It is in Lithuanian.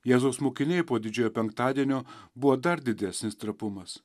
jėzaus mokiniai po didžiojo penktadienio buvo dar didesnis trapumas